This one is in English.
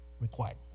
required